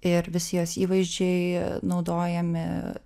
ir visi jos įvaizdžiai naudojami